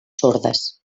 sordes